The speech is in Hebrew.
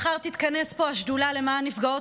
מחר תתכנס פה השדולה למען נפגעות